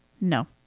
No